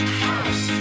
house